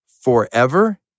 forever